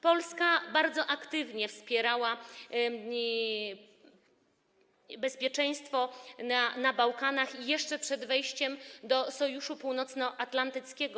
Polska bardzo aktywnie wspierała bezpieczeństwo na Bałkanach jeszcze przed wejściem do Sojuszu Północnoatlantyckiego.